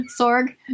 Sorg